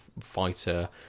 fighter